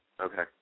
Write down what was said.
Okay